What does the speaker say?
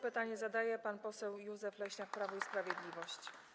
Pytanie zadaje pan poseł Józef Leśniak, Prawo i Sprawiedliwość.